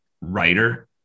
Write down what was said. writer